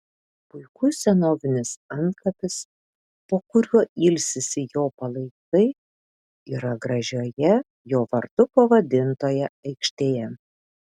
puikus senovinis antkapis po kuriuo ilsisi jo palaikai yra gražioje jo vardu pavadintoje aikštėje